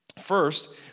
First